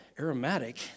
Aromatic